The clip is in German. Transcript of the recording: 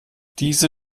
diese